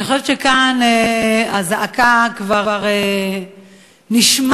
אני חושבת שכאן הזעקה כבר נשמעת,